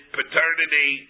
paternity